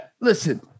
listen